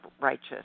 righteous